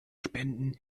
spenden